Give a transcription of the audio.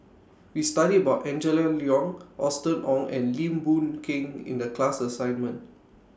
We studied about Angela Liong Austen Ong and Lim Boon Keng in The class assignment